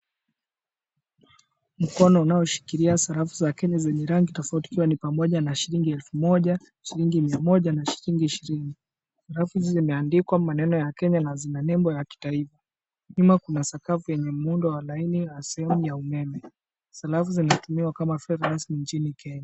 Mkono unaoshikilia sarafu za Kenya zenye ni rangi tofauti ikiwa ni pamoja na shilingi elfu moja, shilingi mia moja na shilingi ishirini, alafu zimeandikwa maneno ya Kenya na zina nembo ya kitaifa. Nyuma kuna sakafu yenye muundo wa laini na sehemu nyeupe. Sarafu zinatumika kama fedha za nchini Kenya.